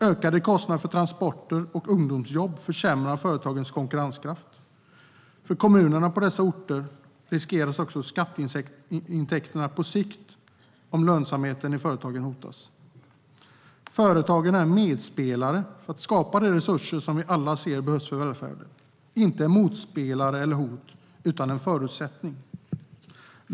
Ökade kostnader för transporter och ungdomsjobb försämrar företagens konkurrenskraft. För kommunerna på dessa orter riskeras också skatteintäkterna på sikt, om lönsamheten i företagen hotas. Företagen är medspelare för att skapa de resurser som vi alla ser behövs för välfärden, inte motspelare eller hot utan en förutsättning.